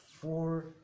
four